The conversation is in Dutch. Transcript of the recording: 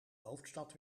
hoofdstad